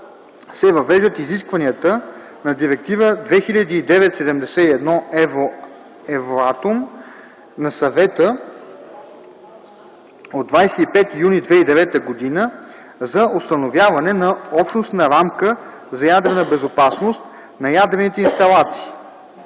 се въвеждат изискванията на Директива 2009/71/Евратом на Съвета от 25 юни 2009 г. за установяване на общностна рамка за ядрена безопасност на ядрените инсталации.